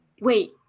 wait